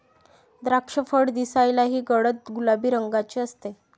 द्राक्षफळ दिसायलाही गडद गुलाबी रंगाचे असते